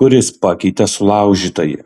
kuris pakeitė sulaužytąjį